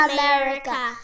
America